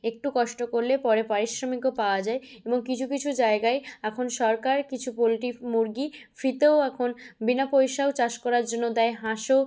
একটু কষ্ট করলে পরে পারিশ্রমিকও পাওয়া যায় এবং কিছু কিছু জায়গায় এখন সরকার কিছু পোলট্রি ফ্ মুরগি ফ্রিতেও এখন বিনা পয়সায়ও চাষ করার জন্য দেয় হাঁসও